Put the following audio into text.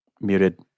Muted